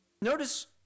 Notice